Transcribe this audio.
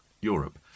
Europe